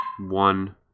one